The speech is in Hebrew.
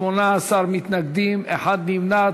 18 מתנגדים, אחד נמנע.